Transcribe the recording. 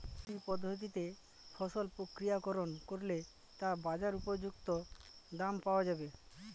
কি পদ্ধতিতে ফসল প্রক্রিয়াকরণ করলে তা বাজার উপযুক্ত দাম পাওয়া যাবে?